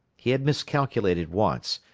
he had miscalculated once,